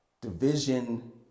division